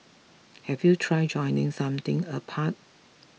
have you tried joining something apart